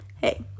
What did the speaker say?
hey